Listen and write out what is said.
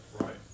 Right